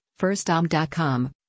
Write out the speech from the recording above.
firstom.com